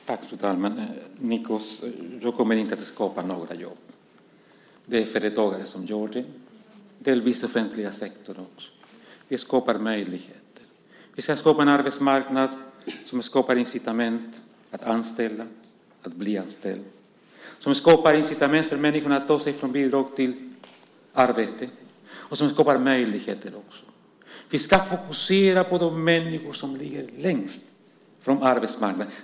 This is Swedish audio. Fru talman! Jag kommer inte att skapa några jobb, Nikos. Det är företagare och till viss del den offentliga sektorn som gör det. Vi skapar möjligheter. Vi ska skapa en arbetsmarknad som ger incitament att anställa och att bli anställd, som skapar incitament för människor att ta sig från bidrag till arbete och som skapar möjligheter. Vi ska fokusera på de människor som står längst ifrån arbetsmarknaden.